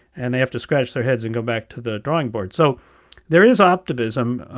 and they have to scratch their heads and go back to the drawing board. so there is optimism.